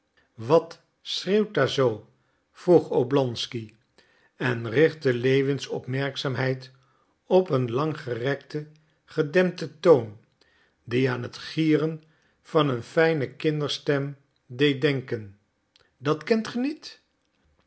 wat schreeuwt daar zoo vroeg oblonsky en richtte lewins opmerkzaamheid op een lang gerekten gedempten toon die aan het gieren van een fijne kinderstem deed denken dat kent ge niet